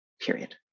period